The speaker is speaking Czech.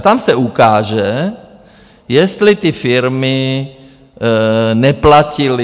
A tam se ukáže, jestli ty firmy neplatily...